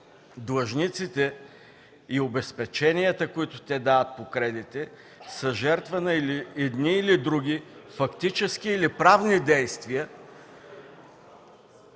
длъжниците и обезпеченията, които те дават по кредитите, са жертва на едни или други фактически или правни действия,